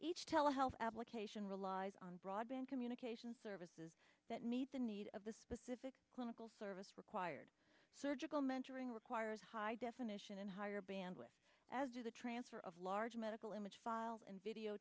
each telehealth application relies on broadband communication services that meet the need of the specific clinical service required surgical mentoring requires high definition and higher bandwidth as to the transfer of large medical image files and video